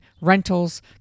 rentals